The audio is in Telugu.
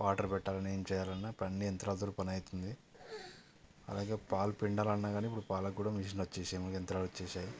వాటర్ పెట్టాలన్నా ఏం చేయాలన్నా ఇప్పుడు అన్ని యంత్రాలతోనే పని అవుతుంది అలాగే పాలు పిండాలన్నా కానీ ఇప్పుడు పాలకు కూడా మిషన్ వచ్చేశాయి యంత్రాలు వచ్చేశాయి